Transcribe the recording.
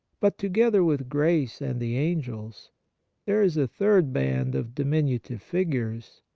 but together with grace and the angels there is a third band of diminutive figures,